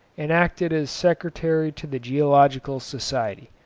and acted as secretary to the geological society.